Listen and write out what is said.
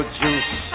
juice